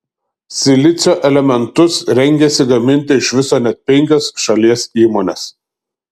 silicio elementus rengiasi gaminti iš viso net penkios šalies įmonės